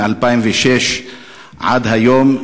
מ-2006 עד היום,